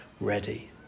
ready